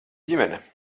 ģimene